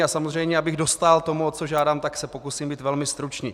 A samozřejmě, abych dostál tomu, o co žádám, tak se pokusím být velmi stručný.